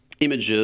images